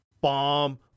bomb